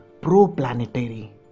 pro-planetary